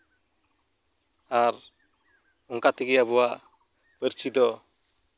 ᱟᱨ ᱚᱱᱠᱟ ᱛᱮᱜᱮ ᱟᱵᱚᱣᱟᱜ ᱯᱟᱹᱨᱥᱤ ᱫᱚ